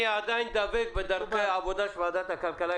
אני עדיין דבק בדרכי העבודה של ועדת הכלכלה.